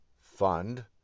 fund